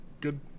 good